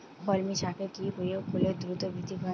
কলমি শাকে কি প্রয়োগ করলে দ্রুত বৃদ্ধি পায়?